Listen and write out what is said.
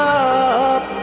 up